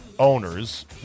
owners